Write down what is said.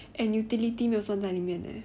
and utility 没有算在里面 leh